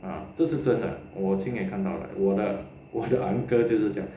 啊这是真的我亲眼看到的我的我的 uncle 就是这样